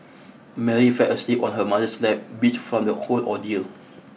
Mary fell asleep on her mother's lap beat from the whole ordeal